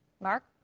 Mark